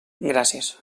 gràcies